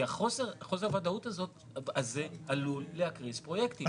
כי חוסר הוודאות הזאת עלול להקריס פרויקטים.